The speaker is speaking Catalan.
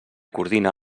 coordina